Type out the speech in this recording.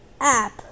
app